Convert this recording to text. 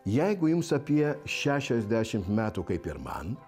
jeigu jums apie šešiasdešimt metų kaip ir man